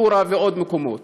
חורה ועוד מקומות,